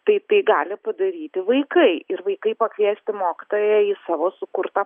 tai tai gali padaryti vaikai ir vaikai pakviesti mokytoją į savo sukurtą